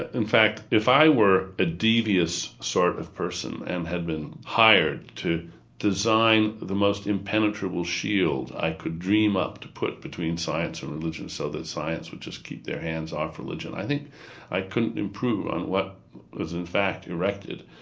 ah in fact if i were a devious sort of person and had been hired to design the most impenetrable shield i could dream up to put between science and religion so that scientists would just keep their hands off religion, i think i couldn't improve on what was in fact erected.